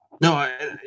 No